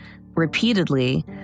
repeatedly